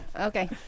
Okay